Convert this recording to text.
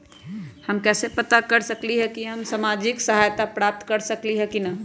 हम कैसे पता कर सकली ह की हम सामाजिक सहायता प्राप्त कर सकली ह की न?